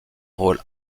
rôle